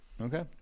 Okay